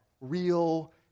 real